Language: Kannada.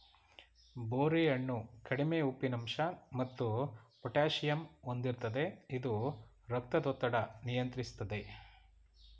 ಬೋರೆ ಹಣ್ಣು ಕಡಿಮೆ ಉಪ್ಪಿನಂಶ ಮತ್ತು ಪೊಟ್ಯಾಸಿಯಮ್ ಹೊಂದಿರ್ತದೆ ಇದು ರಕ್ತದೊತ್ತಡ ನಿಯಂತ್ರಿಸ್ತದೆ